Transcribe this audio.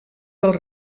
dels